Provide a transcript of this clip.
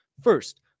first